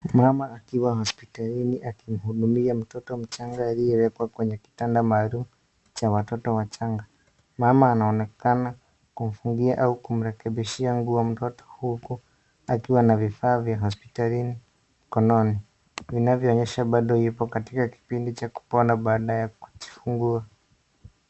Mama akiwa hospitalini akimhudumia mtoto mchanga aliyewekwa kwenye kitanda maalum cha watoto wachanga. Mama anaonekana kumfungia au kumrekebishia nguo mtoto huku akiwa na vifaa vya hospitalini mkononi vinavyoonyesha bado yupo katika kipindi cha kupona baada ya kujifungua.